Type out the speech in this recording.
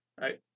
Right